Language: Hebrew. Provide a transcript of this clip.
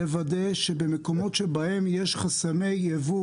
במקומות שבהם יש חסמי יבוא